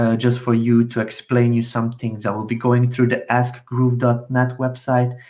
ah just for you to explain you somethings that will be going through the askgroove dot net website,